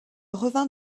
revint